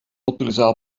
utilitzava